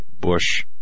Bush